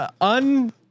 un